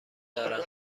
دارم